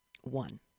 One